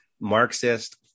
Marxist